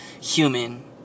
human